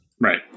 Right